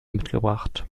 mitgebracht